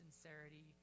sincerity